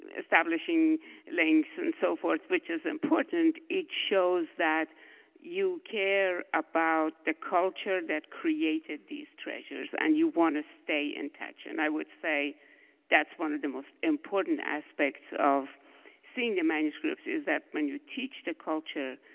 establishing links and so forth which is important. it shows that you care about the culture that created these treasures, and you want to stay in touch. and i would say that's one of the most important aspects of seeing the manuscripts, is that when you teach the culture,